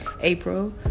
April